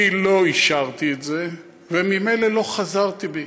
אני לא אישרתי את זה, וממילא לא חזרתי בי.